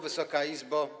Wysoka Izbo!